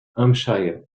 hampshire